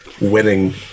winning